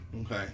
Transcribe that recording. okay